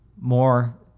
more